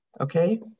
Okay